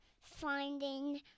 finding